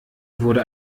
wurde